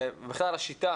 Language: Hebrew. ובכלל השיטה